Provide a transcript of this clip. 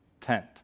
tent